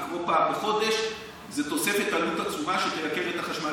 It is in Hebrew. ולקרוא פעם בחודש זו תוספת עלות עצומה שתייקר את החשמל.